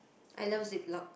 I love Ziplock